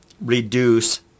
reduce